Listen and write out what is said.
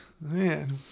man